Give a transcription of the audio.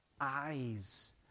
eyes